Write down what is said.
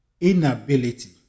inability